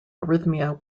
arrhythmia